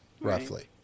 roughly